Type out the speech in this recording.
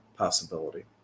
possibility